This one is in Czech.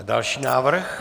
Další návrh.